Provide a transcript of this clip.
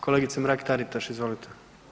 Kolegice Mrak Taritaš izvolite.